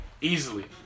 Easily